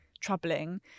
troubling